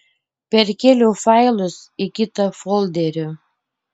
perkėliau failus į kitą folderį